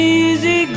easy